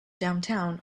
downtown